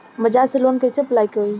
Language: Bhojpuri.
बज़ाज़ से लोन कइसे अप्लाई होई?